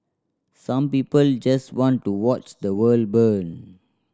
some people just want to watch the world burn